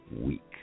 Week